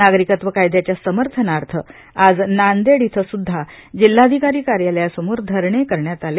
नागरिकत्व कायद्याच्या समर्थनार्थ आज नावेड इथ जिल्हाधिकारी कार्यालयासमोर धरणे करण्यात आले